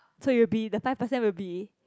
so it will be the five percent will be